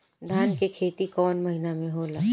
धान के खेती कवन मौसम में होला?